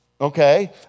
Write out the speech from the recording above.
okay